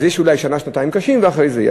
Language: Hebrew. אז יש אולי שנה, שנתיים קשות, ואחרי זה יהיה.